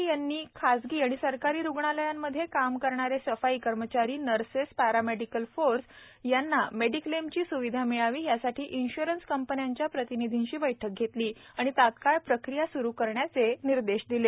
केंद्रीय मंत्री नितीन गडकरी यांनी खाजगी आणि सरकारी रुग्णालयांमध्ये काम करणारे सफाई कर्मचारी नर्सेस पॅरामेडिकल फोर्स यांना मेडिक्लेमची सुविधा मिळावी यासाठी इन्श्रन्स कंपन्याच्या प्रतिनिधींशी बैठक घेतली आणि तत्काळ प्रक्रिया स्रू करण्याचे निर्देश दिले